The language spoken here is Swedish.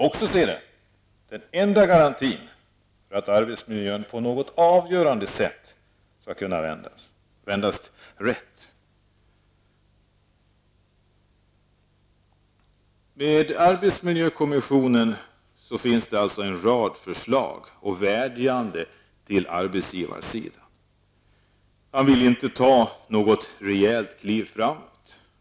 Det är den enda garantin för att arbetsmiljön på ett avgörande skall kunna vändas rätt. Arbetsmiljökommissionen har en rad förslag och vädjanden till arbetsgivarsidan men vill inte ta något rejält kliv framåt.